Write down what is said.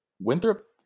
Winthrop